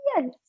Yes